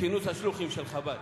בכינוס השלוחים של חב"ד.